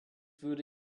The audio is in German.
würde